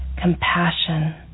compassion